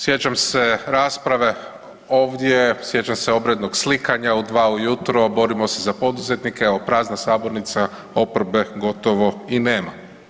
Sjećam se rasprave ovdje, sjećam se obrednog slikanja u 2 ujutro, borimo se za poduzetnike, a evo prazna sabornica, oporbe gotovo i nema.